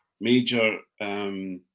major